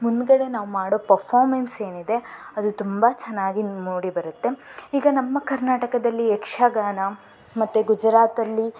ಮುಂದುಗಡೆ ನಾವು ಮಾಡೋ ಪಫ್ಫಾರ್ಮೆನ್ಸ್ ಏನಿದೆ ಅದು ತುಂಬ ಚೆನ್ನಾಗಿ ಮೂಡಿ ಬರುತ್ತೆ ಈಗ ನಮ್ಮ ಕರ್ನಾಟಕದಲ್ಲಿ ಯಕ್ಷಗಾನ ಮತ್ತು ಗುಜರಾತಲ್ಲಿ